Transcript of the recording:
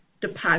deposit